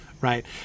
right